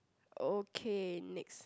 okay next